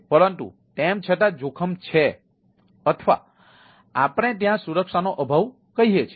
પરંતુ તેમ છતાં જોખમ છે અથવા આપણે ત્યાં સુરક્ષાનો અભાવ કહીએ છીએ